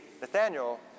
Nathaniel